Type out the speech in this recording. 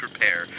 prepare